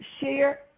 share